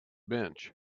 bench